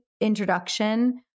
introduction